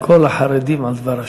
כל החרדים על דבר ה'.